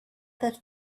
that